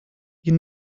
you